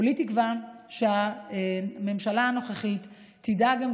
כולי תקווה שהממשלה הנוכחית תדאג גם